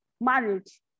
marriage